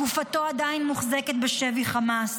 גופתו עדיין מוחזקת בשבי חמאס.